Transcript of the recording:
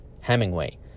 Hemingway